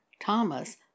Thomas